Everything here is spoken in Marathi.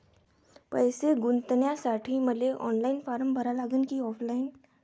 पैसे गुंतन्यासाठी मले ऑनलाईन फारम भरा लागन की ऑफलाईन?